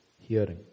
hearing